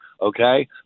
okay